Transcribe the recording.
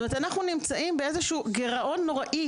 אנחנו נמצאים באיזה שהוא גירעון נוראי